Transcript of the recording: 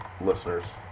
listeners